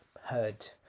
heard